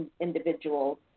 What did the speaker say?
individuals